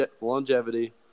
longevity